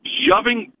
shoving